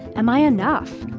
am i enough?